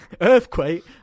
Earthquake